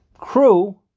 crew